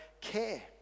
care